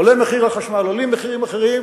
עולה מחיר החשמל, עולים מחירים אחרים,